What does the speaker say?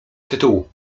tytułu